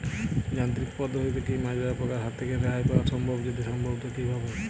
যান্ত্রিক পদ্ধতিতে কী মাজরা পোকার হাত থেকে রেহাই পাওয়া সম্ভব যদি সম্ভব তো কী ভাবে?